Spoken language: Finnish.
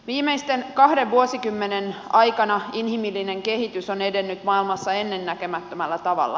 viimeisten kahden vuosikymmenen aikana inhimillinen kehitys on edennyt maailmassa ennennäkemättömällä tavalla